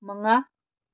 ꯃꯉꯥ